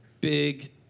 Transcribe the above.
big